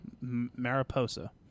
Mariposa